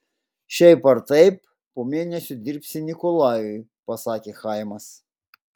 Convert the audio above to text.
šiaip ar taip po mėnesio dirbsi nikolajui pasakė chaimas